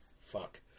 Fuck